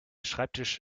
schreibtisch